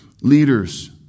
Leaders